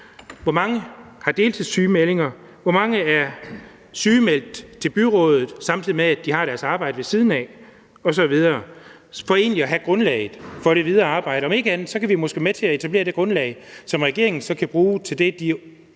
hvor mange der har deltidssygemeldinger, hvor mange der er sygemeldt til byrådet, samtidig med at de har deres arbejde ved siden osv., for egentlig at have grundlaget for det videre arbejde. Om ikke andet kan vi måske være med til at etablere det grundlag, som regeringen så kan bruge til det, de